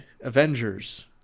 Avengers